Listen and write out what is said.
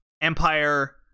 empire